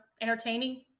entertaining